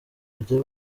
kujya